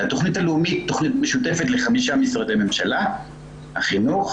התכנית הלאומית היא תכנית משותפת לחמישה משרדי ממשלה: חינוך,